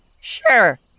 Sure